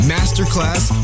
Masterclass